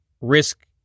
risk